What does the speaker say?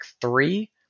Three